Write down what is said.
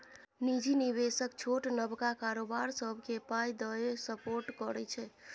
निजी निबेशक छोट नबका कारोबार सबकेँ पाइ दए सपोर्ट करै छै